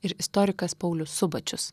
ir istorikas paulius subačius